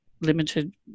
limited